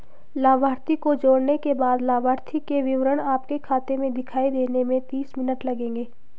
लाभार्थी को जोड़ने के बाद लाभार्थी के विवरण आपके खाते में दिखाई देने में तीस मिनट लगेंगे